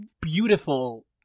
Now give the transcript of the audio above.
beautiful